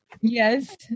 Yes